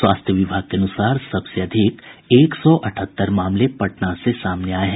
स्वास्थ्य विभाग के अनुसार सबसे अधिक एक सौ अठहत्तर मामले पटना से सामने आये हैं